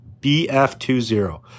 BF20